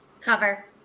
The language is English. Cover